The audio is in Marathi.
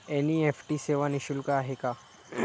एन.इ.एफ.टी सेवा निःशुल्क आहे का?